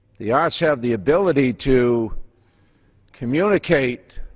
the arts have the ability to communicate